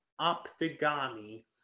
Optigami